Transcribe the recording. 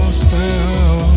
spell